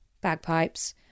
Bagpipes